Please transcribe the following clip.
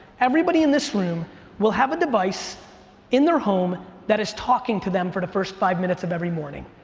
everybody in this room will have a device in their home that is talking to them for the first five minutes of every morning.